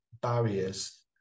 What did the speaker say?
barriers